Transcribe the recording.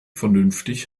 vernünftig